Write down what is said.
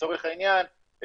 לצורך העניין,